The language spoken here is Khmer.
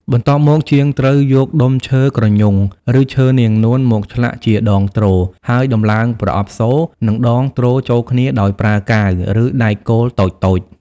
បន្ទាប់មក ជាងត្រូវយកដុំឈើគ្រញូង ឬឈើនាងនួនមកឆ្លាក់ជាដងទ្រ ហើយដំឡើងប្រអប់សូរ និងដងទ្រចូលគ្នាដោយប្រើកាវ ឬដែកគោលតូចៗ។